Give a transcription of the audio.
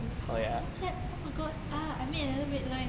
oh don't clap ah oh my god I made another red line